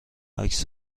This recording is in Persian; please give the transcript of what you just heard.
عکس